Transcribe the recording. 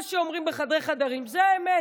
מה שאומרים בחדרי חדרים זה האמת.